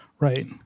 Right